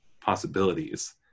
possibilities